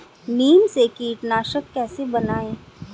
नीम से कीटनाशक कैसे बनाएं?